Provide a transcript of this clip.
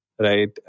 Right